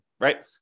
right